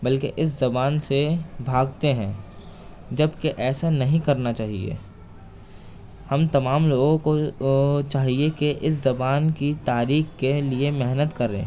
بلکہ اس زبان سے بھاگتے ہیں جب کہ ایسا نہیں کرنا چاہیے ہم تمام لوگوں کو چاہیے کہ اس زبان کی تاریخ کے لیے محنت کریں